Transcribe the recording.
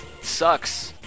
sucks